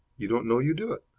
you don't know you do it.